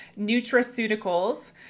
nutraceuticals